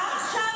המלחמה, חטופים.